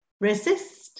Resist